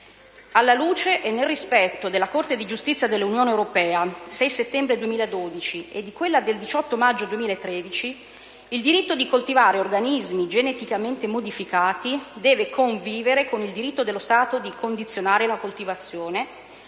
Alla luce e nel rispetto delle pronunce della Corte di giustizia dell'Unione europea del 6 settembre 2012 e del 18 maggio 2013, il diritto di coltivare organismi geneticamente modificati deve convivere con il diritto dello Stato di condizionare la coltivazione